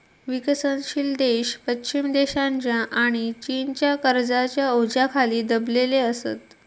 विकसनशील देश पश्चिम देशांच्या आणि चीनच्या कर्जाच्या ओझ्याखाली दबलेले असत